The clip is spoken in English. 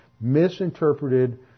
misinterpreted